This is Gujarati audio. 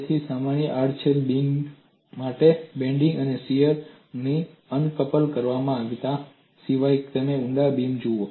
તેથી સામાન્ય આડછેદ બીમ માટે બેન્ડિંગ અને શીયર અનકપલ્ડ કરવામાં આવ્યા હતા સિવાય કે તમે ઊંડા બીમ જુઓ